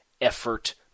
effort